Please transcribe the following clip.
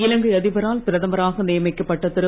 இலங்கை அதிபரால் பிரதமராக நியமிக்கப்பட்ட திரு